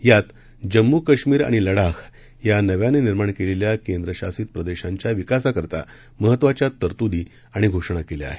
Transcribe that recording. यात जम्मू काश्मीर आणि लडाख या नव्यानं निर्माण केलेल्या केंद्रशासित प्रदेशांच्या विकासासाठी महत्वाच्या तरतुदी आणि घोषणा केल्या आहेत